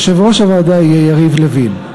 יושב-ראש הוועדה יהיה יריב לוין.